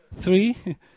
three